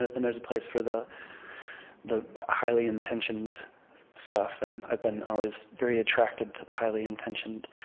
ah and there's a place for the the highly intentioned stuff, and i've been always very attracted to the highly intentioned